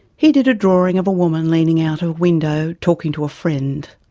he did a drawing of a woman leaning out a window talking to a friend.